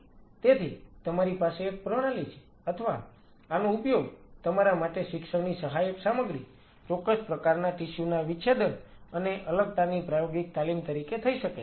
તેથી તમારી પાસે એક પ્રણાલી છે અથવા આનો ઉપયોગ તમારા માટે શિક્ષણની સહાયક સામગ્રી ચોક્કસ પ્રકારના ટીસ્યુ ના વિચ્છેદન અને અલગતાની પ્રાયોગિક તાલીમ તરીકે થઈ શકે છે